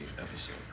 episode